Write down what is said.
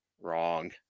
Wrong